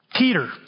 Peter